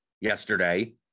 yesterday